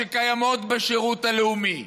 שקיימות בשירות הלאומי?